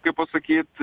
kaip pasakyt